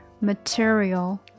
Material